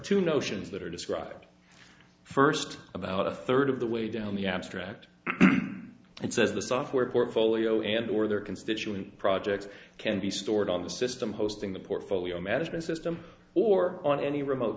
two notions that are described first about a third of the way down the abstract and says the software portfolio and or their constituent projects can be stored on the system hosting the portfolio management system or on any remote